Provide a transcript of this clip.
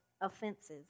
offenses